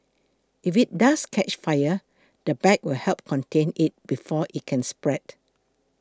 if it does catch fire the bag will help contain it before it can spread